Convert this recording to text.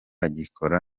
agikora